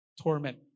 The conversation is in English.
torment